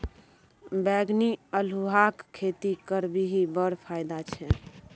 बैंगनी अल्हुआक खेती करबिही बड़ फायदा छै